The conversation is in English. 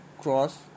cross